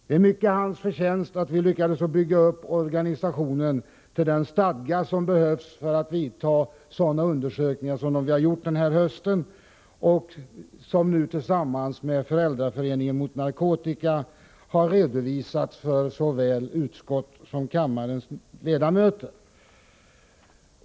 Det är mycket hans förtjänst att vi lyckades bygga upp organisationen till den stadga som behövs för att vidta sådana undersökningar som de vi har gjort den här hösten och som nu tillsammans med material från Föräldraföreningen mot narkotika har redovisats för såväl utskottet som för kammarens ledamöter.